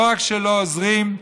לא רק שלא עוזרים,